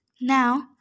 Now